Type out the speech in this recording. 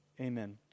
Amen